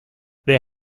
they